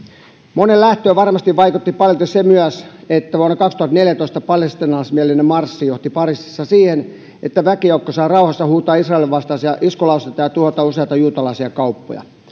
monen lähtöön varmasti vaikutti paljolti myös se että vuonna kaksituhattaneljätoista palestiinalaismielinen marssi johti pariisissa siihen että väkijoukko sai rauhassa huutaa israelin vastaisia iskulauseita ja tuhota useita juutalaisia kauppoja